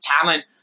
talent